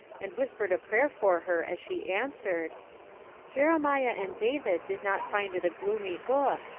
and whispered a prayer for her as she answered jeremiah and david did not find it a gloomy book,